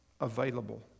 available